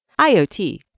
IOT